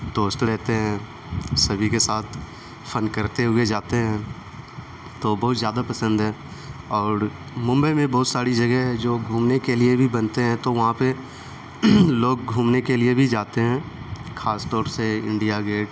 دوست رہتے ہیں سبھی کے ساتھ فن کرتے ہوئے جاتے ہیں تو بہت زیادہ پسند ہے اور ممبئی میں بہت ساری جگہ ہیں جو گھومنے کے لیے بھی بنتے ہیں تو وہاں پہ لوگ گھومنے کے لیے بھی جاتے ہیں خاص طور سے انڈیا گیٹ